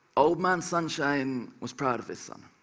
old man sunshine was proud of his sun,